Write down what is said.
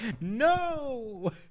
no